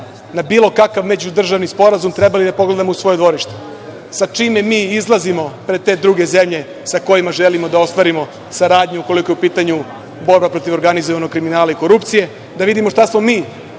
na bilo kakav međudržavni sporazum, trebali da pogledamo u svoje dvorište, sa čime mi izlazimo pred te druge zemlje sa kojima želimo da ostvarimo saradnju, ukoliko je u pitanju borba protiv organizovanog kriminala i korupcije, da vidimo šta smo mi